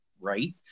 right